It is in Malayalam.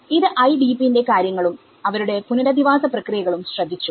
ഇത് IDPന്റെ കാര്യങ്ങളുംഅവരുടെ പുനരധിവാസ പ്രക്രിയകളും ശ്രദ്ധിച്ചു